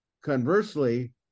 conversely